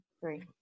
three